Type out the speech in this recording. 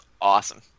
awesome